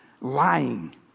lying